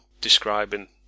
describing